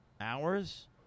hours